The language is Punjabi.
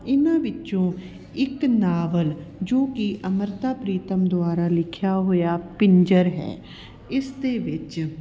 ਇਹਨਾਂ ਵਿੱਚੋ ਇੱਕ ਨਾਵਲ ਜੋ ਕਿ ਅੰਮ੍ਰਿਤਾ ਪ੍ਰੀਤਮ ਦੁਆਰਾ ਲਿਖਿਆ ਹੋਇਆ ਪਿੰਜਰ ਹੈ ਇਸ ਦੇ ਵਿੱਚ